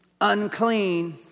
unclean